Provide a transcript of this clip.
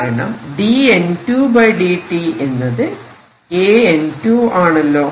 കാരണം dN2dt എന്നത് AN2ആണല്ലോ